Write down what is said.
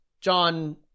John